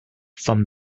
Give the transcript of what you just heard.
from